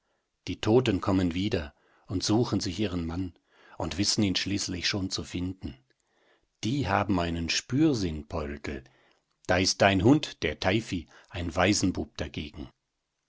die toten kommen wieder und suchen sich ihren mann und wissen ihn schließlich schon zu finden die haben einen spürsinn poldl da ist dein hund der teifi ein waisenbub dagegen